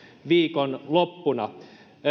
viikonloppuna